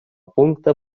пункта